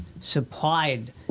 supplied